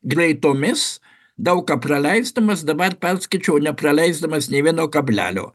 greitomis daug ką praleisdamas dabar perskaičiau nepraleisdamas nė vieno kablelio